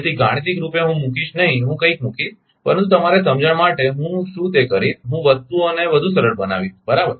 તેથી ગાણિતિક રૂપે હું મૂકીશ નહીં હું કંઇક મૂકીશ પરંતુ તમારે સમજણ માટે હુ શું તે કરીશ હું વસ્તુઓને વધુ સરળ બનાવીશ બરાબર